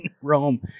Rome